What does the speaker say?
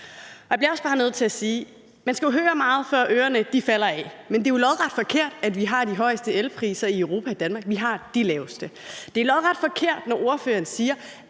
man skal høre meget, før ørerne falder af, at det jo er lodret forkert, at vi har de højeste elpriser i Europa i Danmark. Vi har de laveste. Det er lodret forkert, når ordføreren siger,